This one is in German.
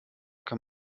kann